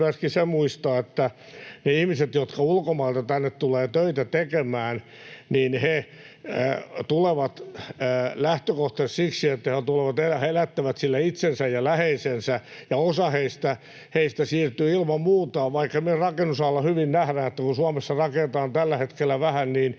myöskin se, että ne ihmiset, jotka ulkomailta tänne tulevat töitä tekemään, tulevat lähtökohtaisesti siksi, että he elättävät sillä itsensä ja läheisensä. Osa heistä siirtyy ilman muuta — vaikka meidän rakennusalalla hyvin nähdään, että kun Suomessa rakennetaan tällä hetkellä vähän,